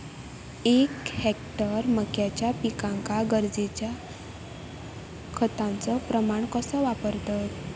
एक हेक्टर मक्याच्या पिकांका गरजेच्या खतांचो प्रमाण कसो वापरतत?